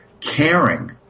caring